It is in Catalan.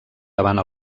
davant